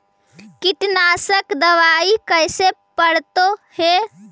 कीटनाशक दबाइ कैसे पड़तै है?